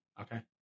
Okay